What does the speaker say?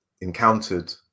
encountered